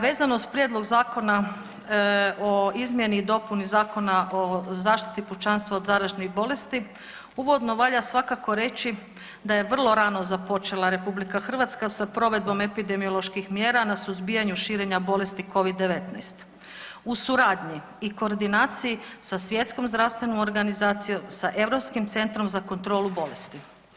Vezano uz Prijedlog zakona o izmjeni i dopuni Zakona o zaštiti pučanstva od zaraznih bolesti uvodno valja svakako reći da je vrlo rano započela Republika Hrvatska sa provedbom epidemioloških mjera na suzbijanju širenja bolesti Covid-19 u suradnji i koordinaciji sa Svjetskom zdravstvenom organizacijom, sa Europskim centrom za kontrolu bolesti.